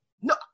No